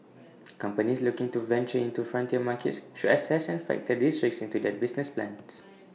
companies looking to venture into frontier markets should assess and factor these risks into their business plans